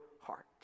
heart